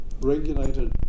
regulated